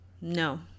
No